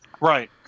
Right